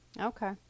Okay